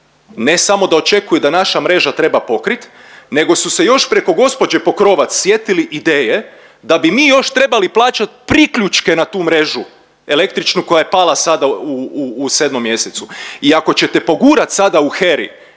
Ne samo da očekuju da naša mreža treba pokrit nego su se još preko gospođe Pokrovac sjetili ideje da bi mi još trebali plaćat priključke na tu mrežu električnu koja je pala sada u 7. mjesecu. I ako ćete pogurat sada u